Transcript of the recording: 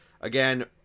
again